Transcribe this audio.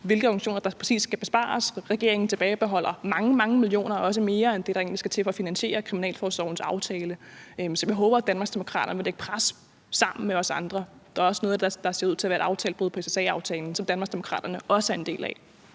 hvilke organisationer der skal bespares. Regeringen tilbageholder mange, mange millioner, også mere end det, der egentlig skal til for at finansiere kriminalforsorgens aftale. Så jeg håber, at Danmarksdemokraterne sammen med os andre vil lægge pres på regeringen. Der er også noget, der ser ud til at være et aftalebrud på SSA-aftalen, som Danmarksdemokraterne også er en del af.